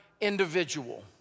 individual